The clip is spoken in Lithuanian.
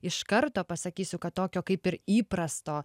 iš karto pasakysiu kad tokio kaip ir įprasto